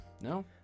no